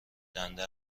دنده